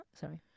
Sorry